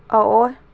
ꯑꯑꯣꯏ